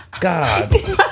God